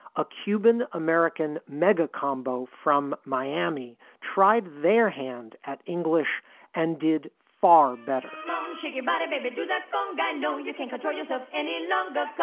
a cuban american mega combo from miami tried their hand at english and did far better shake your body, baby. do that guy. um no, you can't go georgias up any number.